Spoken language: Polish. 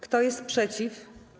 Kto jest przeciw?